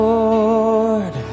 Lord